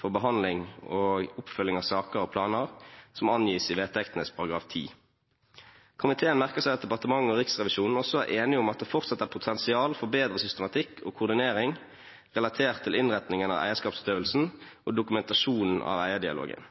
for behandling og oppfølging av saker og planer som angis i vedtektenes § 10. Komiteen merker seg at departementet og Riksrevisjonen også er enige om at det fortsatt er potensial for bedre systematikk og koordinering relatert til innretningen av eierskapsutøvelsen og dokumentasjonen av eierdialogen.»